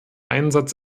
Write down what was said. einsatz